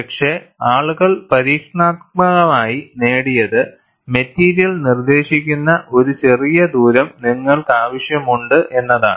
പക്ഷെ ആളുകൾ പരീക്ഷണാത്മകമായി നേടിയത് മെറ്റീരിയൽ നിർദ്ദേശിക്കുന്ന ഒരു ചെറിയ ദൂരം നിങ്ങൾക്കാവശ്യമുണ്ട് എന്നതാണ്